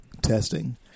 testing